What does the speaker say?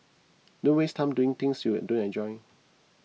don't waste time doing things you don't enjoy